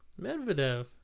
Medvedev